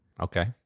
Okay